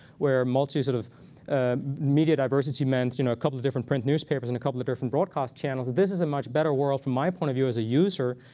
where multi sort of media diversity meant you know a couple of different print newspapers and a couple of different broadcast channels. this is a much better world from my point of view as a user.